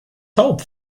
hope